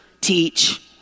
teach